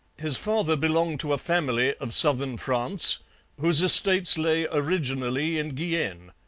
his father belonged to a family of southern france whose estates lay originally in guienne.